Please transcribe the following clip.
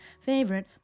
favorite